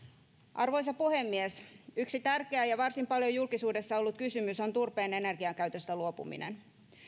arvoisa puhemies yksi tärkeä ja varsin paljon julkisuudessa ollut kysymys on turpeen energiakäytöstä luopuminen